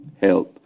health